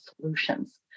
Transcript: solutions